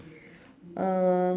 um